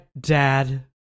dad